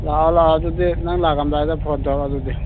ꯂꯥꯛꯑꯣ ꯂꯥꯛꯑꯣ ꯑꯗꯨꯗꯤ ꯅꯪ ꯂꯥꯛꯑꯝꯗꯥꯏꯗ ꯐꯣꯟ ꯇꯧꯔꯛꯑꯣ ꯑꯗꯨꯗꯤ